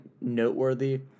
noteworthy